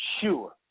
Sure